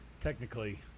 Technically